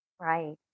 Right